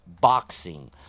boxing